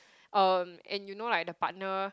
um and you know like the partner